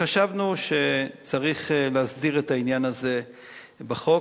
חשבנו שצריך להסדיר את העניין הזה בחוק.